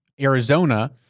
Arizona